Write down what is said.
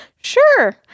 sure